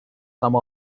some